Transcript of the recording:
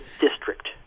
district